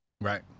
right